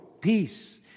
peace